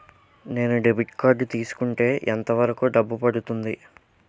నేను debit card తీసుకుంటే ఎంత వరకు డబ్బు పడుతుంది?